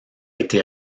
été